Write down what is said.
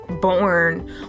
born